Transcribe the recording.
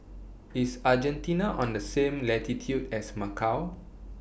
IS Argentina on The same latitude as Macau